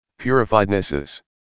purifiednesses